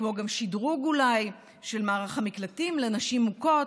כמו גם שדרוג, אולי, של מערך המקלטים לנשים מוכות.